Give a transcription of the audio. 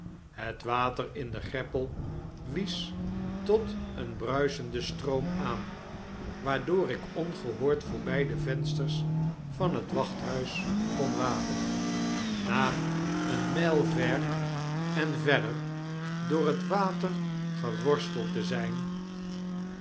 het water in de greppel wies tot een bruisenden stroom aan waardoor ik ongehoord voorbij de vensters van het wachthuis kon waden na eene myl ver en verder door het water feworsteld te zijn